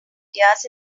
ideas